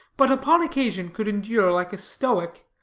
but upon occasion could endure like a stoic.